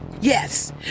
Yes